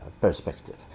perspective